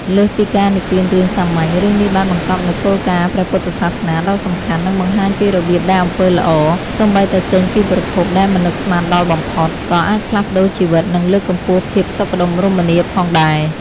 លើសពីការនិទានរឿងសាមញ្ញ រឿងនេះបានបង្កប់នូវគោលការណ៍ព្រះពុទ្ធសាសនាដ៏សំខាន់ និងបង្ហាញពីរបៀបដែលអំពើល្អ សូម្បីតែចេញពីប្រភពដែលមិននឹកស្មានដល់បំផុត ក៏អាចផ្លាស់ប្តូរជីវិត និងលើកកម្ពស់ភាពសុខដុមរមនាផងដែរ។